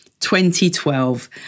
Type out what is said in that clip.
2012